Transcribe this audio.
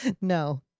No